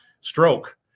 stroke